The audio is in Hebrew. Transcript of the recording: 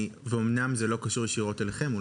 אומנם זה לא קשור ישירות אליכן אבל